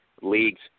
leagues